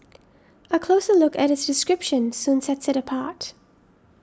a closer look at its description soon sets it apart